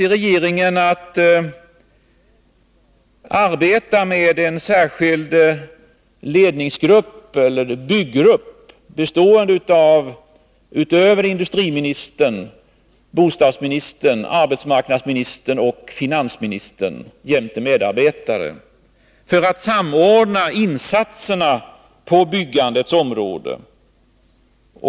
Regeringen avser att arbeta med en särskild ledningsgrupp bestående av industriministern, bostadsministern, arbetsmarknadsministern och finansministern jämte medarbetare, för att samordna insatserna på byggandets område.